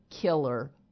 killer